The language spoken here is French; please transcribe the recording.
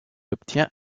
obtient